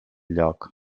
lloc